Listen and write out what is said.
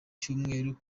cyumweru